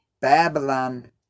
Babylon